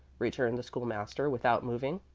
returned the school-master, without moving.